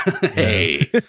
hey